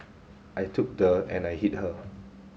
I took the and I hit her